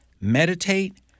Meditate